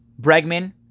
Bregman